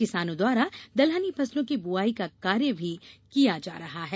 किसानों द्वारा दलहनी फसलों की बोआई का कार्य भी किया जा रहा है